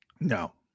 No